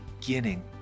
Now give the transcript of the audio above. beginning